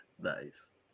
Nice